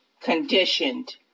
conditioned